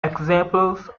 examples